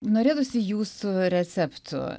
norėtųsi jūsų receptų